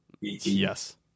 Yes